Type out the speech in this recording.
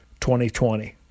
2020